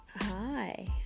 Hi